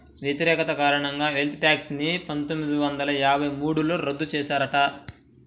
వ్యతిరేకత కారణంగా wealth tax ని పందొమ్మిది వందల యాభై మూడులో రద్దు చేశారట